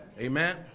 Amen